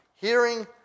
hearing